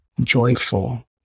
joyful